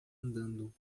andando